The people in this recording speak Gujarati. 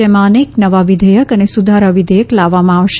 જેમાં અનેક નવા વિધેયક અને સુધારા વિધેયક લાવવામાં આવશે